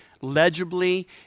Legibly